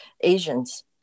asians